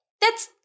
That's-